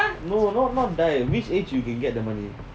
no no not that which age you can get the money